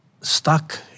stuck